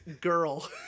Girl